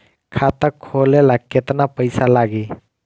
खाता खोले ला केतना पइसा लागी?